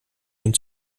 ihn